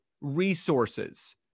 resources